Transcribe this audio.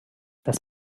das